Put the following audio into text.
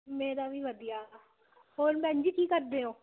ਮੇਰਾ ਵੀ ਵਧੀਆ ਹੋਰ ਭੈੈਣ ਜੀ ਕੀ ਕਰਦੇ ਹੋ